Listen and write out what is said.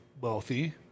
wealthy